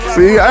See